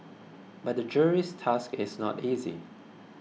but the jury's task is not easy